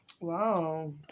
Wow